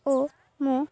ଓ ମୁଁ